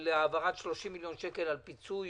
על העברת 30 מיליון שקל לפיצוי